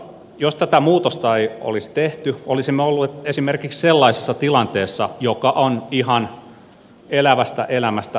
jos tätä muutosta ei olisi tehty olisimme olleet esimerkiksi sellaisessa tilanteessa joka on ihan elävästä elämästä poimittu